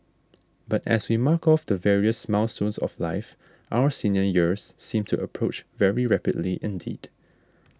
but as we mark off the various milestones of life our senior years seem to approach very rapidly indeed